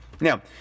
Now